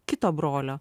kito brolio